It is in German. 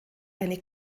eine